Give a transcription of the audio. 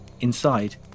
Inside